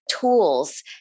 tools